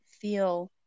feel